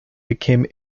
became